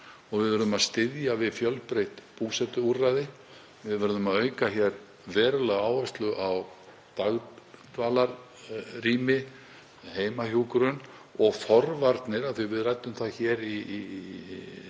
og við verðum að styðja við fjölbreytt búsetuúrræði. Við verðum að auka hér verulega áherslu á dagdvalarrými, heimahjúkrun og forvarnir, af því að við ræddum það hér í